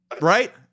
right